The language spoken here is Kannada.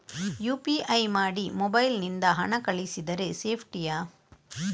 ಯು.ಪಿ.ಐ ಮಾಡಿ ಮೊಬೈಲ್ ನಿಂದ ಹಣ ಕಳಿಸಿದರೆ ಸೇಪ್ಟಿಯಾ?